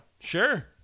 Sure